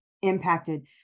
impacted